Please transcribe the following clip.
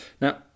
Now